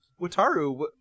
Wataru